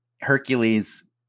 Hercules